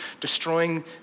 destroying